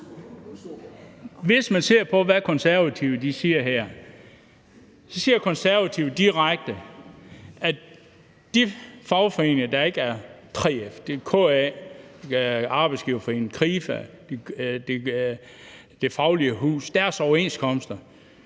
Hvis man ser på, hvad Konservative siger her, så siger Konservative direkte, at overenskomsterne i forhold til de fagforeninger, der ikke er 3F, det er KA, Arbejdsgiverforeningen, Krifa, Det Faglige Hus, er ingenting